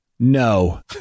No